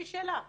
יש לי שאלה.